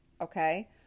okay